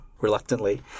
reluctantly